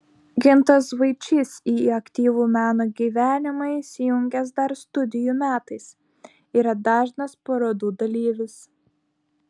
gintas vaičys į aktyvų meno gyvenimą įsijungęs dar studijų metais yra dažnas parodų dalyvis